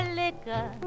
liquor